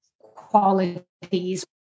qualities